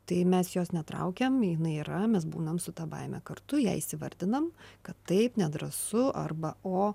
tai mes jos netraukiam jinai yra mes būnam su ta baime kartu ją įsivardinam kad taip nedrąsu arba o